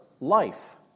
life